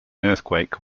earthquake